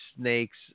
snakes